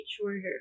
shorter